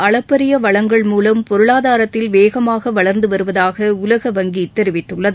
அளப்பரிய வளங்கள் மூவம் பொருளாதாரத்தில் வேகமாக வளர்ந்து வருவதாக உலக வங்கி தெரிவித்துள்ளது